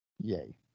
yay